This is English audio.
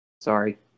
Sorry